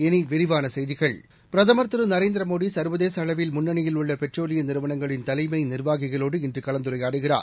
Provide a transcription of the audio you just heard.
இனி விரிவான செய்திகள் பிரதம் திரு நரேந்திர மோடி சா்வதேச அளவில் முன்னணியில் உள்ள பெட்ரோலிய நிறுவனங்களின் தலைமை நிர்வாகிகளோடு இன்று கலந்துரையாடுகிறார்